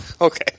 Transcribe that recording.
Okay